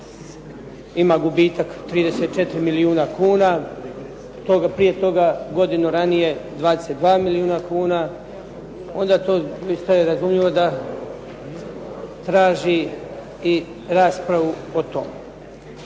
ima gubitak od 34 milijuna kuna. Prije toga, godinu ranije, 22 milijuna kuna. Onda to postaje razumljivo da traži i raspravu o tom.